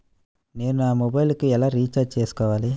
నేను నా మొబైల్కు ఎలా రీఛార్జ్ చేసుకోవాలి?